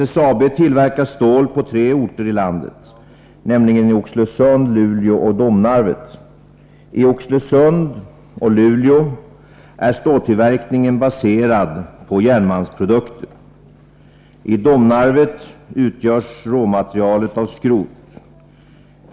SSAB tillverkar stål på tre orter i landet, nämligen i Oxelösund, Luleå och Domnarvet. I Oxelösund och Luleå är ståltillverkningen baserad på järnmalmsprodukter. I Domnarvet utgörs råmaterialet av skrot.